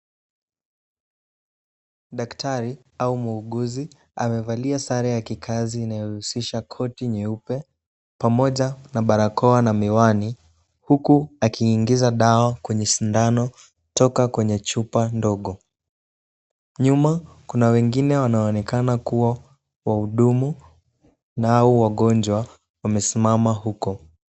Daktari au muuguzi amevalia sare ya kikazi inayousisha koti nyeupe pamoja na barakoa na miwani uku akiingiza dawa kwenye sindano toka kwenye chupa ndogo, nyuma Kuna wengine wanaonekana kuwa wahudumu nao wagonjwa wamesimama uko